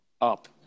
up